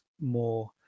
more